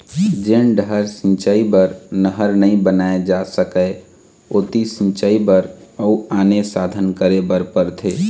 जेन डहर सिंचई बर नहर नइ बनाए जा सकय ओती सिंचई बर अउ आने साधन करे बर परथे